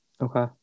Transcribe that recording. Okay